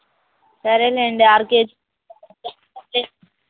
సరే లేండి ఆరు కేజీ చేసుకోండి